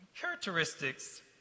characteristics